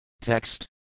Text